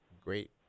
great